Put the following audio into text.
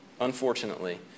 unfortunately